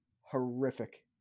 horrific